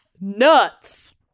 Nuts